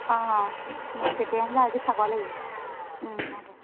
অঁ অঁ মই তেতিয়াহ'লে আজি খাব লাগিব হ'ব